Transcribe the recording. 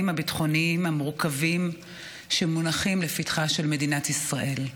הביטחוניים המורכבים שמונחים לפתחה של מדינת ישראל.